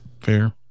fair